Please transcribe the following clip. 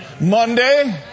Monday